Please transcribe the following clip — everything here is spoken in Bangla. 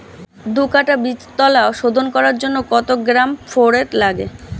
দু কাটা বীজতলা শোধন করার জন্য কত গ্রাম ফোরেট লাগে?